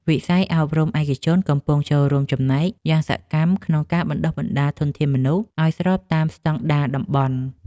វិស័យអប់រំឯកជនកំពុងចូលរួមចំណែកយ៉ាងសកម្មក្នុងការបណ្តុះបណ្តាលធនធានមនុស្សឱ្យស្របតាមស្តង់ដារតំបន់។